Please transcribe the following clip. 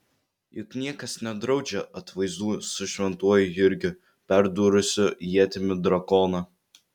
juk niekas nedraudžia atvaizdų su šventuoju jurgiu perdūrusiu ietimi drakoną